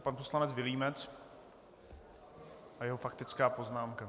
Pan poslanec Vilímec a jeho faktická poznámka.